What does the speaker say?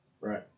right